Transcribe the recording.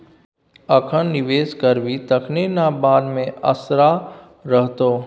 अखन निवेश करभी तखने न बाद मे असरा रहतौ